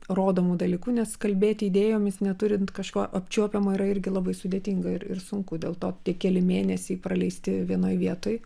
rodomu dalyku nes kalbėti idėjomis neturint kažko apčiuopiamo yra irgi labai sudėtinga ir ir sunku dėl to tie keli mėnesiai praleisti vienoj vietoj